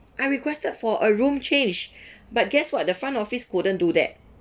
I requested for a room change but guess what the front office couldn't do that